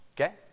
Okay